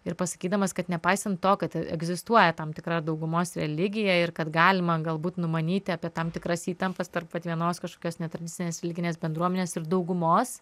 ir pasakydamas kad nepaisant to kad egzistuoja tam tikra daugumos religija ir kad galima galbūt numanyti apie tam tikras įtampas tarp vat vienos kažkokios netradicinės religinės bendruomenės ir daugumos